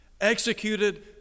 executed